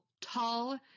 tall